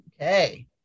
Okay